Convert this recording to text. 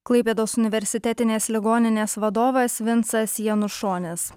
klaipėdos universitetinės ligoninės vadovas vincas janušonis